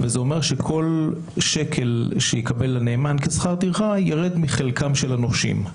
זה אומר שכל שקל שיקבל הנאמן כשכר טרחה יירד מחלקם של הנושים.